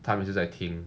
他们就在听